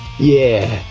yeah!